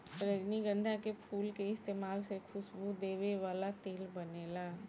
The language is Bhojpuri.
रजनीगंधा के फूल के इस्तमाल से खुशबू देवे वाला तेल बनेला